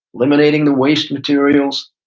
eliminating the waste materials,